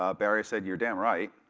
um barry said, you're damn right.